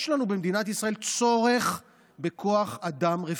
יש לנו במדינת ישראל צורך בכוח אדם רפואי.